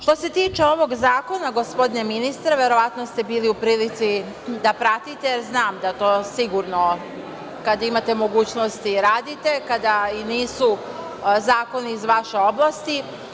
Što se tiče ovog zakona, gospodine ministre, verovatno ste bili u prilici da pratite, znam da to sigurno, kad imate mogućnosti radite, kada i nisu zakoni iz vaše oblasti.